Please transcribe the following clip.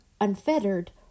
unfettered